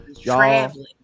Traveling